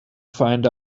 find